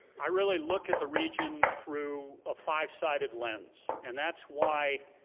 i really look at the region through a five sided lens and that's why,